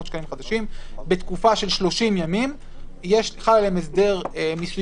שקלים בתקופה של 30 ימים חל עליהם הסדר מיסויי